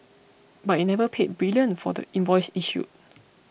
but it never paid Brilliant for the invoice issued